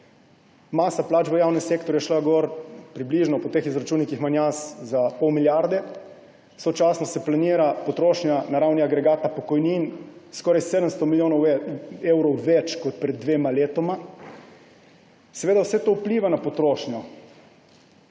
Masa plač v javnem sektorju je šla gor po teh izračunih, ki jih imam jaz, za približno pol milijarde. Sočasno se planira potrošnja na ravni agregata pokojnin, skoraj 700 milijonov evrov več kot pred dvema letoma. Seveda vse to vpliva na potrošnjo.